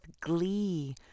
glee